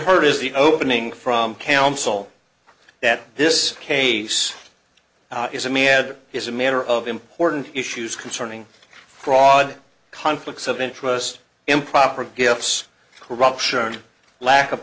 heard is the opening from counsel that this case is a me ad is a matter of important issues concerning fraud conflicts of interest improper gifts corruption lack of